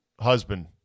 Husband